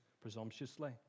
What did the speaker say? presumptuously